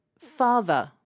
father